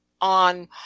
on